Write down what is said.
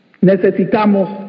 necesitamos